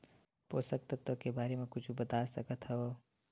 पोषक तत्व के बारे मा कुछु बता सकत हवय?